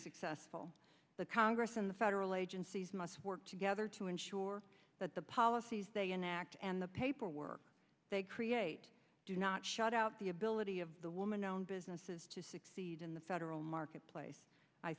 successful the congress and the federal agencies must work together to ensure that the policies they enact and the paper work they create do not shut out the ability of the woman owned businesses to succeed in the federal marketplace i